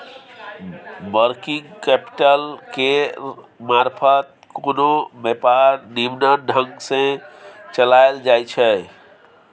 working capital केर मारफत कोनो व्यापार निम्मन ढंग सँ चलाएल जाइ छै